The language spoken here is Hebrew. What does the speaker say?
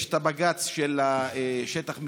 יש בג"ץ על שטח מחיה.